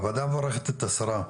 הוועדה מברכת את השרה,